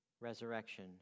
resurrection